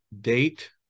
date